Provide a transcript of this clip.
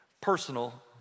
personal